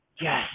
yes